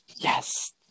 Yes